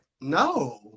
No